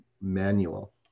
manual